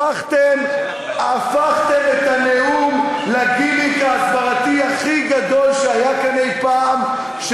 הפכתם את הנאום לגימיק ההסברתי הכי גדול שהיה כאן אי-פעם,